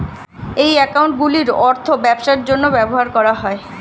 এই অ্যাকাউন্টগুলির অর্থ ব্যবসার জন্য ব্যবহার করা হয়